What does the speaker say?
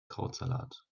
krautsalat